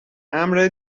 امر